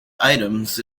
items